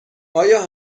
آیا